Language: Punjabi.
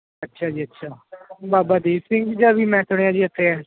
ਅੱਛਾ ਜੀ ਅੱਛਾ ਬਾਬਾ ਦੀਪ ਸਿੰਘ ਜੀ ਦਾ ਵੀ ਮੈਂ ਸੁਣਿਆ ਜੀ ਇੱਥੇ ਆ